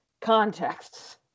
contexts